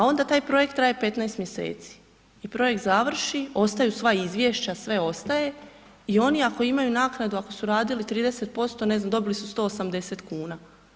A onda taj projekt traje 15 mjeseci i projekt završi, ostaju sva izvješća, sve ostaje i oni ako imaju naknadu ako su radili 30%, ne znam dobili su 180 kuna.